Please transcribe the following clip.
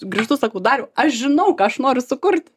grįžtu sakau dariau aš žinau ką aš noriu sukurt